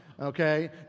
okay